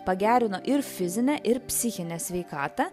pagerino ir fizinę ir psichinę sveikatą